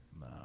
No